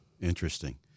Interesting